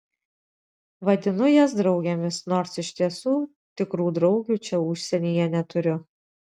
vadinu jas draugėmis nors iš tiesų tikrų draugių čia užsienyje neturiu